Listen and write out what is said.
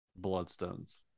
Bloodstones